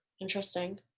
Interesting